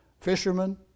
fishermen